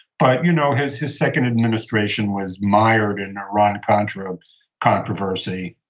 but you know his his second administration was mired in iran-contra controversy,